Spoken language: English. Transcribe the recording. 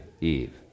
Eve